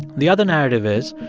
the other narrative is,